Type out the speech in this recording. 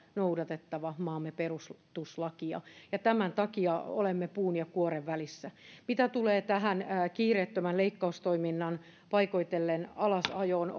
noudatettava maamme perustuslakia ja tämän takia olemme puun ja kuoren välissä mitä tulee tähän kiireettömän leikkaustoiminnan paikoitellen alasajoon